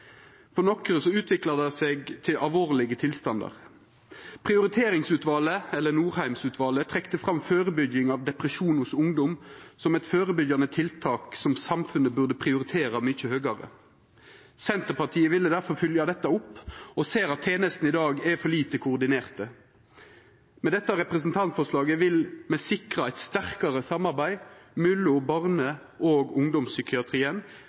For nokre utviklar det seg til alvorlege tilstandar. Prioriteringsutvalet, eller Norheim-utvalet, trekte fram førebygging av depresjon hos ungdom som eit førebyggjande tiltak som samfunnet burde prioritera mykje høgare. Senterpartiet ville difor følgja dette opp og ser at tenestene i dag er for lite koordinerte. Med dette representantforslaget vil me sikra eit sterkare samarbeid mellom barne- og ungdomspsykiatrien